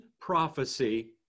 prophecy